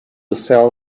sell